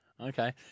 Okay